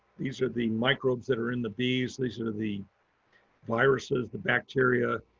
these are the microbes that are in the bees. these are the viruses, the bacteria.